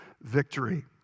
victory